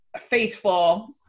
faithful